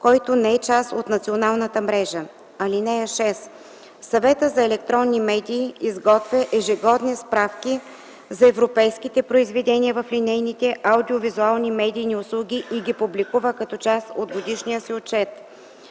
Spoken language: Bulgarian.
който не е част от националната мрежа. (6) Съветът за електронни медии изготвя ежегодни справки за европейските произведения в линейните аудио-визуални медийни услуги и ги публикува като част от годишния си отчет.